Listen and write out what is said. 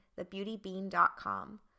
TheBeautybean.com